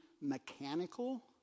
mechanical